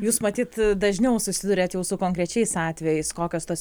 jūs matyt dažniau susiduriat jau su konkrečiais atvejais kokios tos